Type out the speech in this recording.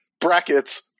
brackets